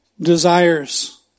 desires